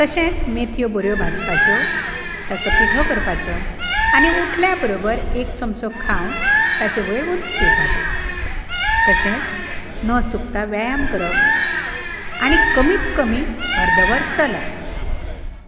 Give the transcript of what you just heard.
तशेंच मेथयो बरो भाजपाच्यो ताचो पिठो करपाचो आनी उठल्या बरोबर एक चमचो खावन ताचे वयर उदक पिवपाचें तशेंच न चुकता व्ययाम करप आनी कमीत कमी अर्द वर चलप